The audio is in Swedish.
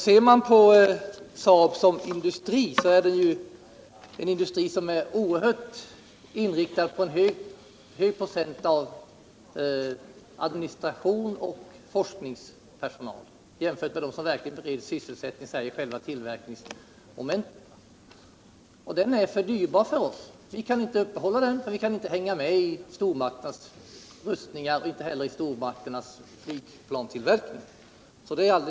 Ser man på Saab som industri, är det ju en industri som är oerhört inriktad på en hög procent av administrations och forskningspersonal, jämfört med dem som verkligen beretts sysselsättning i själva tillverkningsmomenten. Den industrin är för dyrbar för oss. Vi kan inte uppehålla den eftersom vi inte kan hänga med i stormakternas rustning och inte heller stormakternas flygplanstillverkning.